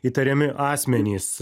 įtariami asmenys